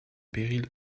péril